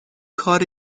کار